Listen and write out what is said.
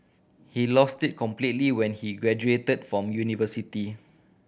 he lost it completely when he graduated from university